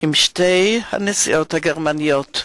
עם שתי הנשיאות הגרמניות,